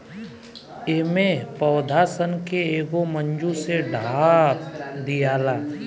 एमे पौधा सन के एगो मूंज से ढाप दियाला